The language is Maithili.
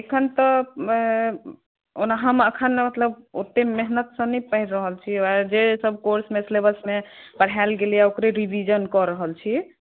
एखन त अय ओना हम एखन मतलब ओते मेहनत सॅं नहि पढ़ि रहल छियै आब जे सब कोर्स मे मतलब सिलेबस मे पढायल गेलैया ओकरे रिवीजन कऽ रहल छियै